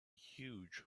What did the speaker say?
huge